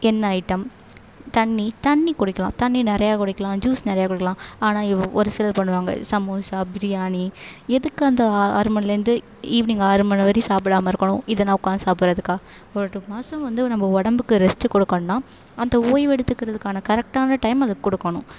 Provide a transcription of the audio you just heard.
எண்ணெய் ஐட்டம் தண்ணி தண்ணி குடிக்கலாம் தண்ணி நிறையா குடிக்கலாம் ஜூஸ் நிறையா குடிக்கலாம் ஆனால் இ ஒரு சிலர் பண்ணுவாங்க சமோசா பிரியாணி எதுக்கு அந்த ஆ ஆறு மணிலேருந்து ஈவினிங் ஆறு மணி வரையும் சாப்பிடாம இருக்கணும் இதுனா உட்காந்து சாப்பிட்றதுக்கா ஒரு ரெண்டு மாதம் வந்து நம்ம உடம்புக்கு ரெஸ்ட்டு கொடுக்குன்னா அந்த ஓய்வு எடுத்துக்கிறதுக்கான கரெக்டான டைம் அதுக்கு கொடுக்கணும்